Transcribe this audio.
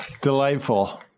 Delightful